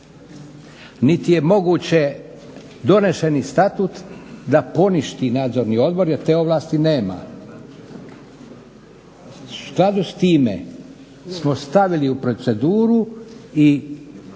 niti je moguće donošeni statut da poništi nadzorni odbor jer te ovlasti nema. U skladu s time smo stavili u proceduru i